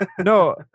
no